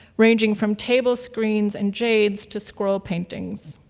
ranging from table screens and jade to scroll paintings.